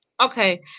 Okay